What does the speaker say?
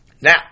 Now